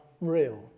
real